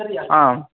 आम्